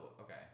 okay